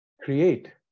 create